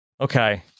Okay